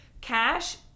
Cash